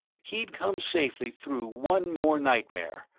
he'd come safely through one more nightmare,